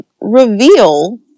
reveal